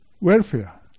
welfare